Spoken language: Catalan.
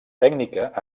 tècnica